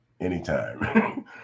anytime